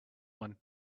one